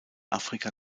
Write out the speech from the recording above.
afrika